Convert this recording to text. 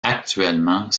actuellement